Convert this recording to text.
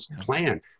plan